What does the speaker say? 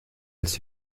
als